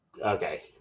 okay